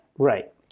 right